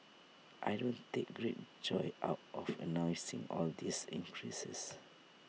I don't take great joy out of announcing all these increases